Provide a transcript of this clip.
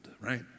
right